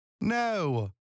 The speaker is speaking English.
No